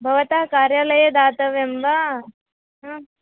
भवतः कार्यालये दातव्यं वा हा